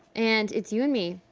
and it's you and me.